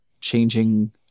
changing